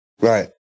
right